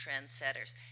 trendsetters